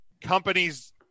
companies